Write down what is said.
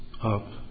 up